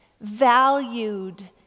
valued